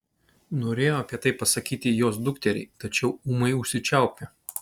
norėjo apie tai pasakyti jos dukteriai tačiau ūmai užsičiaupė